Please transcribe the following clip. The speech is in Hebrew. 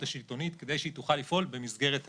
השלטונית כדי שתוכל לפעול במסגרת הדין.